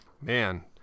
man